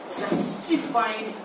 justified